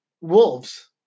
Wolves